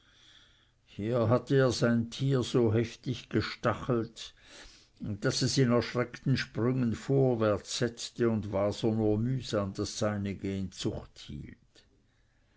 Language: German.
hier hatte er sein tier so heftig gestachelt daß es in erschreckten sprüngen vorwärts setzte und waser nur mühsam das seinige in zucht hielt